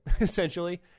essentially